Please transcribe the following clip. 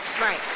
Right